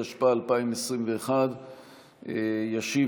התשפ"א 2021. ישיב,